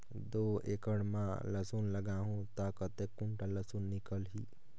दो एकड़ मां लसुन लगाहूं ता कतेक कुंटल लसुन निकल ही?